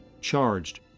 charged